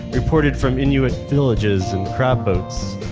reported from inuit villages and crab boats.